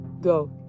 Go